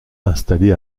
installée